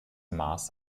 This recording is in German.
maß